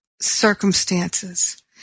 circumstances